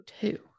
two